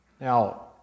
now